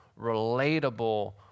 relatable